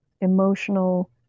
emotional